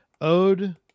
ode